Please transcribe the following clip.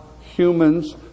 humans